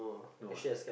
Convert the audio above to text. no ah